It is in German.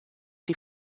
die